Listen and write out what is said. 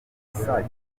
saa